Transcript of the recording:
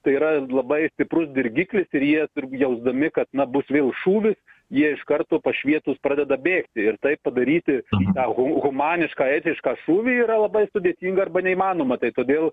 tai yra labai stiprus dirgiklis ir jie jausdami kad na bus vėl šūvis jie iš karto pašvietus pradeda bėgti ir taip padaryti tą hu humanišką etišką šūvį yra labai sudėtinga arba neįmanoma tai todėl